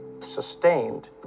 sustained